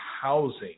housing